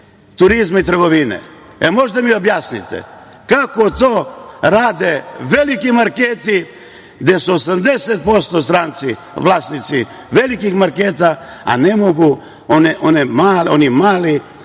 turizma i trgovine. Da li možete da mi objasnite kako to rade veliki marketi, gde su 85% stranci vlasnici velikih marketa, a ne mogu one male